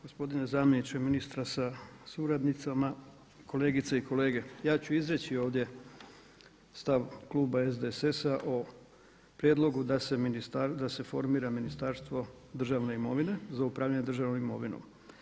Gospodine zamjeniče ministra sa suradnicama, kolegice i kolege ja ću izreći ovdje stav kluba SDSS-a o prijedlogu da se formira Ministarstvo državne imovine za upravljanje državnom imovinom.